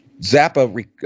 Zappa